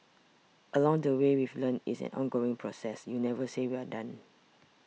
along the way we've learnt it's an ongoing process you never say we're done